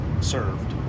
served